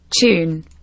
Tune